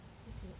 so sad